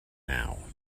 now